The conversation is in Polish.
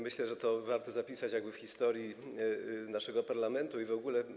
Myślę, że to warto zapisać w historii naszego parlamentu i w ogóle.